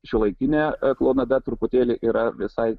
šiuolaikinė klounada truputėlį yra visai